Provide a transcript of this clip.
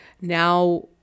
now